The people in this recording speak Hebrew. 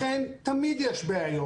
לכן תמיד יש בעיות